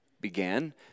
began